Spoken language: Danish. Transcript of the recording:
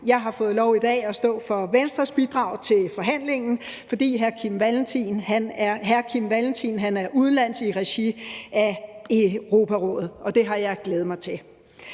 i dag fået lov til at stå for Venstres bidrag til forhandlingen, fordi hr. Kim Valentin er udenlands i regi af Europarådet, og jeg har glædet mig til